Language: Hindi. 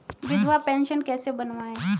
विधवा पेंशन कैसे बनवायें?